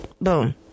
boom